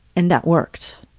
and that worked.